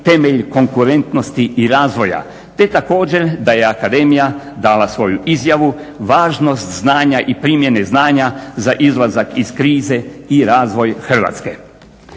temelj konkurentnosti i razvoja", te također da je akademija dala svoju izjavu važnost znanja i primjene znanja za izlazak iz krize i razvoj Hrvatske.